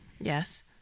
Yes